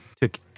took